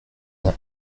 n’a